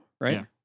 Right